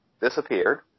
disappeared